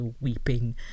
weeping